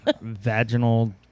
Vaginal